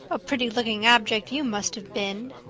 a pretty-looking object you must have been!